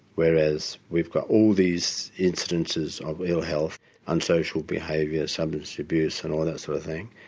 whereas we've got all these incidences of ill health and social behaviour, substance abuse and all that sort of thing.